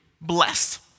blessed